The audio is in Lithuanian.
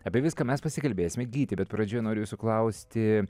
apie viską mes pasikalbėsime gyti bet pradžioje noriu jūsų paklausti